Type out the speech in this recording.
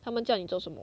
他们叫你做什么